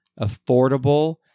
affordable